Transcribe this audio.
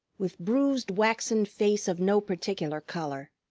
with bruised waxen face of no particular color.